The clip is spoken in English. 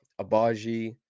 Abaji